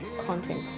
content